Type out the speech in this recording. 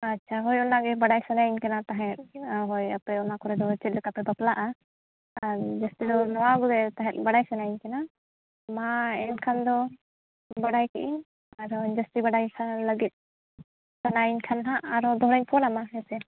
ᱟᱪᱪᱷᱟ ᱦᱳᱭ ᱚᱱᱟ ᱜᱮ ᱵᱟᱰᱟᱭ ᱥᱟᱱᱟᱭᱤᱧ ᱠᱟᱱᱟ ᱛᱟᱦᱮᱫ ᱦᱳᱭ ᱟᱯᱮ ᱚᱱᱟ ᱠᱚᱨᱮ ᱫᱚ ᱪᱮᱫ ᱞᱮᱠᱟ ᱯᱮ ᱵᱟᱯᱞᱟᱜᱼᱟ ᱟᱨ ᱡᱟᱹᱥᱛᱤ ᱫᱚ ᱱᱚᱣᱟ ᱜᱮ ᱵᱟᱰᱟᱭ ᱥᱟᱱᱟᱹᱧ ᱠᱟᱱᱟ ᱢᱟ ᱮᱱᱠᱷᱟᱱ ᱫᱚ ᱵᱟᱲᱟᱭ ᱠᱮᱫ ᱟᱹᱧ ᱟᱨᱦᱚᱸ ᱡᱟᱹᱥᱛᱤ ᱵᱟᱰᱟᱭ ᱞᱟᱹᱜᱤᱫ ᱥᱟᱱᱟᱭᱤᱧ ᱠᱷᱟᱱ ᱫᱚ ᱦᱟᱸᱜ ᱟᱨᱚ ᱫᱚᱲᱦᱟᱧ ᱯᱷᱳᱱᱟᱢᱟ ᱦᱮᱸ ᱥᱮ